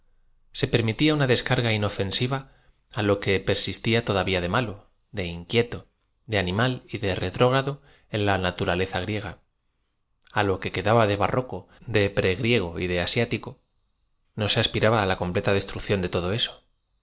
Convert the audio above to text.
se permitía una descarga inofensiva á lo que per sistía todavía de malo de inquieto de animal y de re trógrado en la naturaleza griega lo que quedaba de barroco de pre griego y de asitico no se aspiraba á la completa destrucción de todo eao